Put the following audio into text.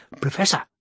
Professor